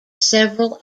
several